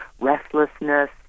restlessness